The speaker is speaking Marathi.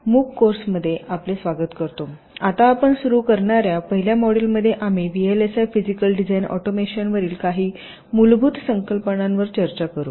आपण आता सुरू करणार्या पहिल्या मॉड्यूलमध्ये आम्ही व्हीएलएसआय फिजीकल डिझाइन ऑटोमेशनवरील काही मूलभूत संकल्पनांवर चर्चा करू